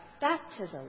baptism